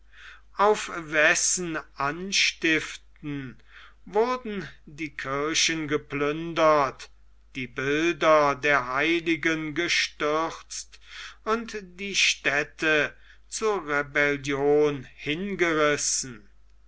auf wessen anstiften wurden die kirchen geplündert die bilder der heiligen gestürzt und die städte zur rebellion hingerissen